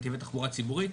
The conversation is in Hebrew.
על נתיבי תחבורה ציבורית.